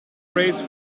phrase